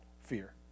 fear